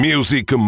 Music